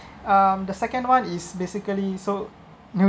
um the second one is basically so new